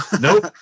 nope